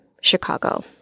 Chicago